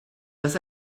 dass